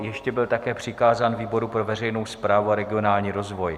Ještě byl také přikázán výboru pro veřejnou správu a regionální rozvoj.